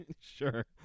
Sure